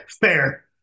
Fair